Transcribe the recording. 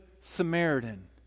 Samaritan